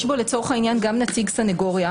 יש בו לצורך העניין גם נציג סניגוריה,